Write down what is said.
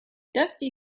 dusty